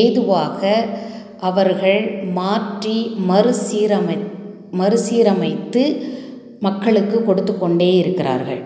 ஏதுவாக அவர்கள் மாற்றி மறுசீர் அமைத் மறுசீரமைத்து மக்களுக்கு கொடுத்துகொண்டே இருக்கிறார்கள்